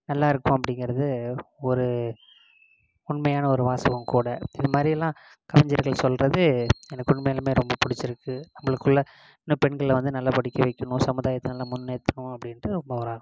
நல்லாயிருக்கும் அப்படிங்கிறது ஒரு உண்மையான ஒரு வாசகம் கூட இது மாதிரி எல்லாம் கலைஞர்கள் சொல்கிறது எனக்கு உண்மையாலுமே ரொம்ப பிடிச்சிருக்கு நம்மளுக்குள்ள இன்னும் பெண்களை வந்து நல்லா படிக்க வைக்கணும் சமுதாயத்தில் நல்லா முன்னேற்றணும் அப்படின்ட்டு போராடணும்